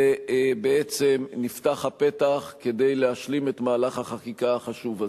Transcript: ובעצם נפתח הפתח כדי להשלים את מהלך החקיקה החשוב הזה.